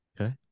Okay